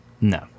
No